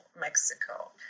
Mexico